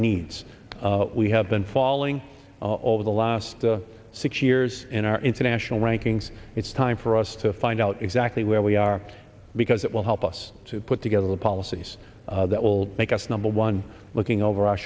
needs we have been falling over the last six years in our international rankings it's time for us to find out exactly where we are because it will help us to put together the policies that will make us number one looking over our